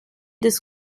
des